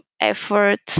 effort